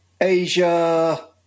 Asia